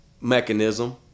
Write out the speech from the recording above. mechanism